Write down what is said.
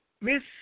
miss